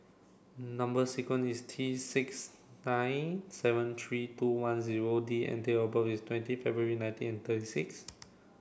number sequence is T six nine seven three two one zero D and date of birth is twenty February nineteen thirty six